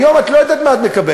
היום את לא יודעת מה את מקבלת.